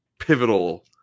Pivotal